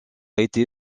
été